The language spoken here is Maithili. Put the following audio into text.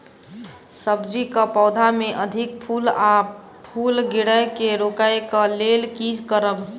सब्जी कऽ पौधा मे अधिक फूल आ फूल गिरय केँ रोकय कऽ लेल की करब?